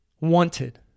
wanted